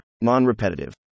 Non-repetitive